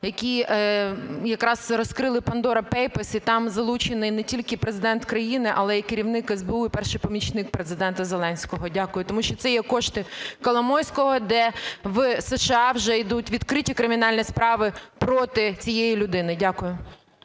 які якраз і розкрили Pandora Papers, і там залучений не тільки Президент країни, але і керівник СБУ і перший помічник Президента Зеленського? Дякую. Тому що це є кошти Коломойського, де в США вже йдуть відкриті кримінальні справи проти цієї людини. Дякую.